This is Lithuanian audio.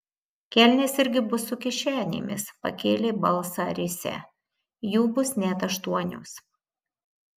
kelnės irgi bus su kišenėmis pakėlė balsą risią jų bus net aštuonios